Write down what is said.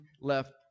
left